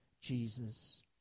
Jesus